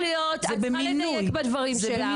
אין בעיה אבל את צריכה לדייק בדברים שלך.